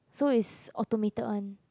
so is automated one